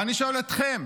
ואני שואל אתכם: